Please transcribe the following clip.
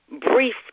brief